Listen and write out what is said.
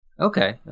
Okay